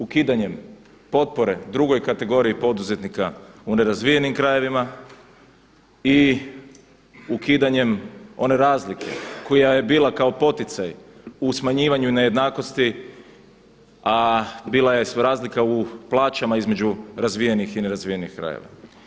Ukidanjem potpore drugoj kategoriji poduzetnika u nerazvijenim krajevima i ukidanjem one razlike koja je bila kao poticaj u smanjivanju nejednakosti, a bila je sva razlika u plaćama između razvijenih i razvijenih krajeva.